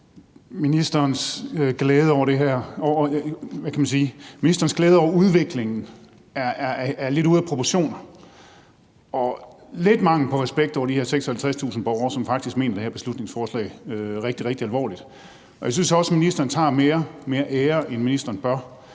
ministerens glæde over udviklingen er lidt ude af proportioner og lidt er mangel på respekt over for de her 56.000 borgere, som faktisk mener det her beslutningsforslag rigtig, rigtig alvorligt. Jeg synes også, at ministeren tager mere ære, end ministeren bør.